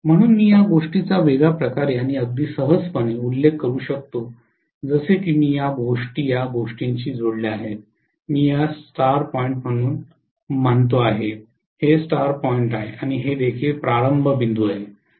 म्हणून मी या गोष्टीचा वेगळ्या प्रकारे किंवा अगदी सहजपणे उल्लेख करू शकतो जसे की मी या गोष्टी या गोष्टींशी जोडल्या आहेत आणि मी यास स्टार पॉईंट म्हणून म्हणतो आहे हे स्टार पॉईंट आहे आणि हे देखील प्रारंभ बिंदू आहे